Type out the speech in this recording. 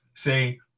say